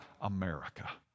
America